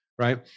right